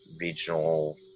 regional